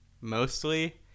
mostly